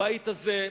הבית הזה,